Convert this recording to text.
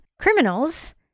criminals